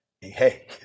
Hey